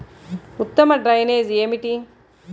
ఉత్తమ డ్రైనేజ్ ఏమిటి?